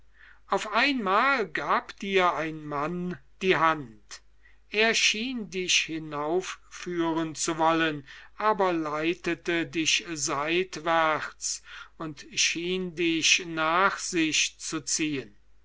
auf einmal gab dir ein mann die hand er schien dich hin aufführen zu wollen aber leitete dich seitwärts und schien dich nach sich zu ziehen